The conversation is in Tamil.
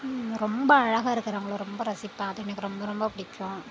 ரொம்ப அழகாக இருக்குறவங்களை ரொம்ப ரசிப்பேன் அது எனக்கு ரொம்ப ரொம்ப பிடிக்கும்